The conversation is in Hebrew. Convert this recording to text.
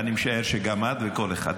ואני משער שגם את וכל אחד,